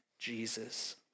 Jesus